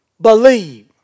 believe